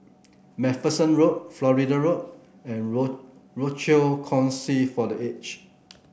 MacPherson Road Florida Road and Rochor Kongsi for The Aged